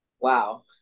Wow